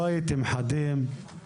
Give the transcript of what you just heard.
לא הייתם חדים,